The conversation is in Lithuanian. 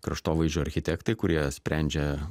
kraštovaizdžio architektai kurie sprendžia